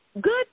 good